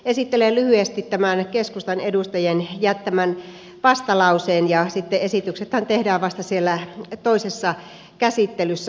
esittelen lyhyesti tämän keskustan edustajien jättämän vastalauseen ja sitten esityksethän tehdään vasta siellä toisessa käsittelyssä